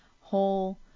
whole